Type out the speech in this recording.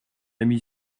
amie